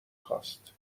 خواست